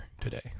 today